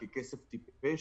ככסף טיפש,